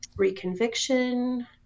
reconviction